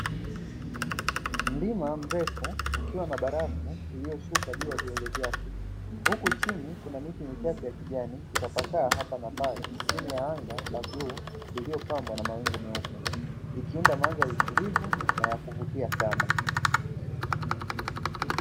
Mlima mrefu ukiwa na barafu iliyoshuka juu ya vilele vyake. Huku chini kukiwa kuna miti michache ya kijani ikitapaka hapa na pale chini ya anga la bluu iliyopamba na mawingu meupe. Ikiunda mandhari tulivu na ya kuvutia sana.